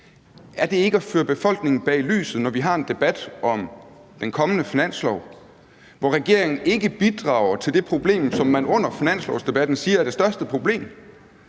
Er det ikke at føre befolkningen bag lyset, når vi har en debat om den kommende finanslov, hvor regeringen ikke bidrager i forhold til det problem, som man under finanslovsdebatten siger er det største problem?